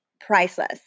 priceless